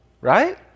right